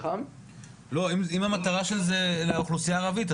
אם המטרה של זה היא לאוכלוסייה ערבית,